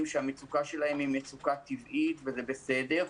שהמצוקה שלהם היא מצוקה טבעית וזה בסדר,